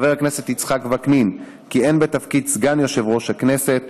חבר הכנסת יצחק וקנין כיהן בתפקיד סגן יושב-ראש הכנסת,